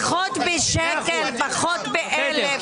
פחות בשקל, פחות ב-1,000?